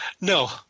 No